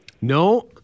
no